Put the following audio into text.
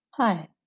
Hi